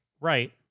right